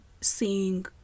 seeing